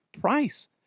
price